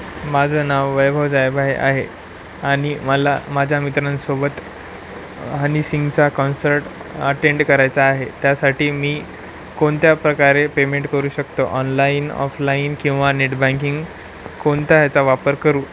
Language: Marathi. माझं नाव वैभव जायभाय आहे आणि मला माझ्या मित्रांसोबत हनी सिंगचा कॉन्सर्ट अटेंड करायचा आहे त्यासाठी मी कोणत्या प्रकारे पेमेंट करू शकतो ऑनलाईन ऑफलाईन किंवा नेट बँकिंग कोणता ह्याचा वापर करू